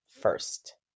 first